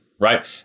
right